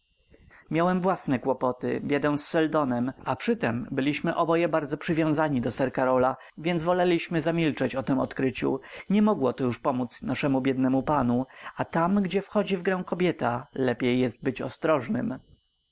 miałem własne kłopoty biedę z seldonem a przytem byliśmy oboje bardzo przywiązani do sir karola więc woleliśmy zamilczeć o tem odkryciu nie mogło to już pomódz naszemu biednemu panu a tam gdzie wchodzi w grę kobieta lepiej jest być ostrożnym